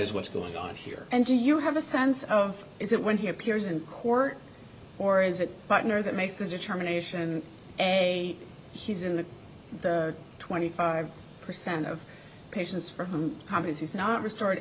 is what's going on here and do you have a sense of is it when he appears in court or is that partner that makes the determination he's in the twenty five percent of patients for whom his is not restor